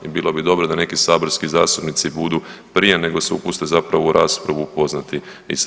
I bilo bi dobro da neki saborski zastupnici budu prije nego se upuste zapravo u raspravu upoznati i sa time.